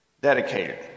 dedicated